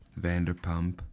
Vanderpump